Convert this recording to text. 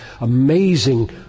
amazing